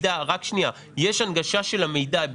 יש הנגשה של המידע.